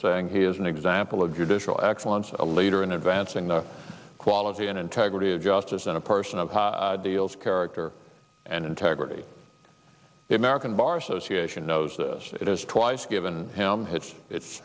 saying he is an example of judicial excellence a leader in advancing the quality and integrity of justice and a person of deals character and integrity if american bar association knows this it is twice given him hits it